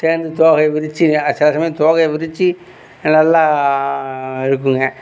சேர்ந்து தோகையை விரிச்சு சில சமயம் தோகையை விரிச்சு அது நல்லா இருக்கும்ங்க